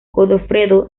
godofredo